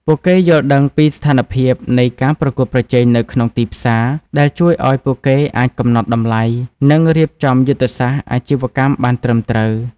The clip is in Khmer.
ពួកគេយល់ដឹងពីស្ថានភាពនៃការប្រកួតប្រជែងនៅក្នុងទីផ្សារ ដែលជួយឱ្យពួកគេអាចកំណត់តម្លៃ និងរៀបចំយុទ្ធសាស្ត្រអាជីវកម្មបានត្រឹមត្រូវ។